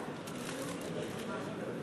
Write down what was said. בהווה ובעבר,